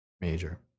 major